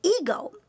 ego